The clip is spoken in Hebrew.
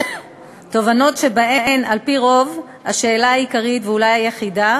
תובענות שבהן על-פי רוב השאלה העיקרית ואולי היחידה